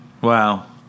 wow